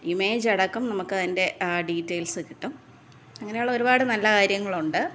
image അടക്കം നമുക്ക് അതിൻ്റെ ഡീറ്റെയില്സ് കിട്ടും അങ്ങനെയുള്ള ഒരുപാട് നല്ലകാര്യങ്ങളുണ്ട്